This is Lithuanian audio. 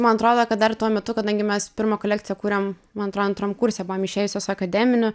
man atrodo kad dar tuo metu kadangi mes pirmą kolekciją kūrėm man atro antram kurse buvome išėjusios akademinių